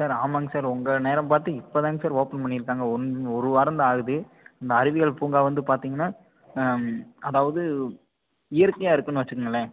sir ஆமாங்க sir உங்கள் நேரம் பார்த்து இப்போதாங்க சார் ஓப்பன் பண்ணியிருக்காங்க ஒன் ஒரு வாரம்தான் ஆகுது இந்த அறிவியல் பூங்கா வந்து பார்த்தீங்கன்னா அதாவது இயற்கையாக இருக்குதுன்னு வச்சுக்கோங்களேன்